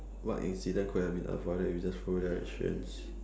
what incident could have been avoided if you just followed directions